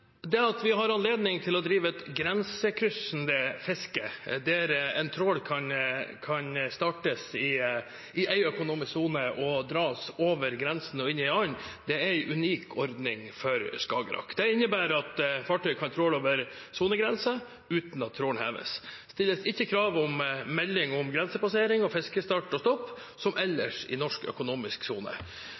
Det at vi har anledning til å drive et grensekryssende fiske der en trål kan startes i en økonomisk sone og dras over grensen og inn i en annen, er en unik ordning for Skagerrak. Det innebærer at fartøy kan tråle over sonegrensen uten at trålen heves. Det stilles ikke krav om melding om grensepassering og fiskestart og -stopp, som ellers i norsk økonomisk sone.